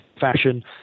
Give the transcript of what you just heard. fashion